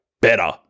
better